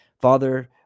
father